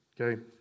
Okay